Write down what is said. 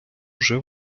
уже